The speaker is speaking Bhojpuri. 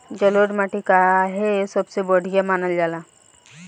जलोड़ माटी काहे सबसे बढ़िया मानल जाला?